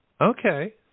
Okay